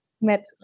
met